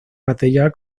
material